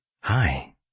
Hi